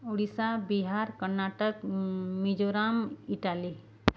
Odisha Bihar Karnataka Mizoram Italy